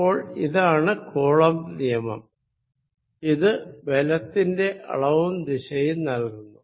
അപ്പോൾ ഇതാണ് കൂളംബ് നിയമം ഇത് ബലത്തിന്റെ അളവും ദിശയും നൽകുന്നു